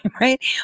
right